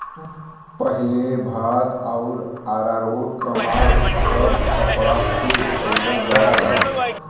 पहिले भात आउर अरारोट क माड़ सब कपड़ा पे देवल जात रहल